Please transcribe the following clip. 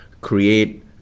create